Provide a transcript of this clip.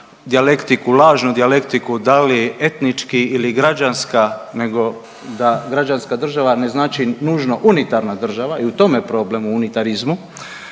lažnu dijalektiku da li etnički ili građanska nego da građanska država ne znači nužno unitarna država i u tome je problem u unitarizmu,